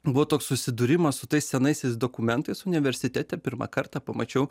buvo toks susidūrimas su tais senaisiais dokumentais universitete pirmą kartą pamačiau